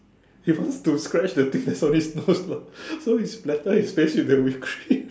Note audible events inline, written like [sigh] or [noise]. he wants to scratch the things that's on his nose [laughs] but so he splatter his face with the whipped cream [laughs]